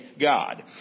God